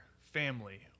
family